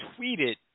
tweeted